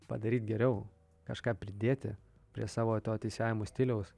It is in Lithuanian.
padaryt geriau kažką pridėti prie savo to teisėjavimo stiliaus